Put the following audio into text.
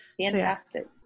fantastic